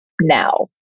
now